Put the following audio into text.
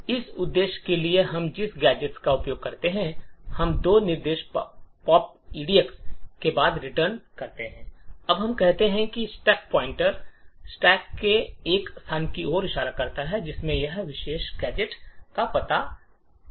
इस उद्देश्य के लिए हम जिस गैजेट का उपयोग करेंगे उसमें दो निर्देश पॉप एडक्स के बाद रिटर्न अब हम कहते हैं कि स्टैक पॉइंटर स्टैक में एक स्थान की ओर इशारा करता है जिसमें यह विशेष गैजेट का पता होता है